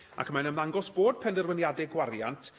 um and ymddangos bod penderfyniadau gwariant